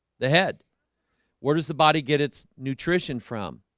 the head where does the body get its nutrition from